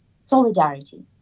solidarity